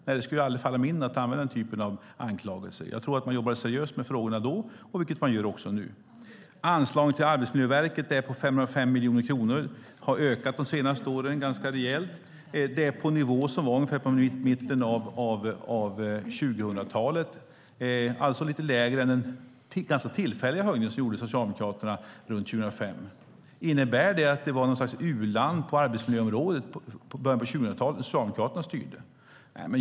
Nej, det skulle aldrig falla mig in att använda den typen av anklagelser. Jag tror att man jobbade seriöst med frågorna då, vilket man också gör nu. Anslaget till Arbetsmiljöverket är på 505 miljoner kronor. Det har ökat ganska rejält de senaste åren. Det är på den nivån som det var i mitten av 00-talet, alltså lite lägre än den ganska tillfälliga höjningen som gjordes av Socialdemokraterna runt 2005. Innebär det att Sverige var ett u-land på arbetsmiljöområdet i början av 2000-talet när Socialdemokraterna styrde?